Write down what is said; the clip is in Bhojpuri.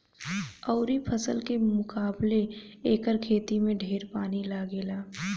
अउरी फसल के मुकाबले एकर खेती में ढेर पानी लागेला